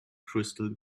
crystal